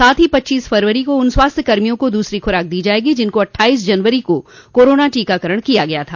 साथ ही पच्चीस फरवरी को उन स्वास्थ्य कर्मियों को दूसरी खुराक दी जायेगी जिनको अट्ठाईस जनवरी को कोरोना टीकाकरण किया गया था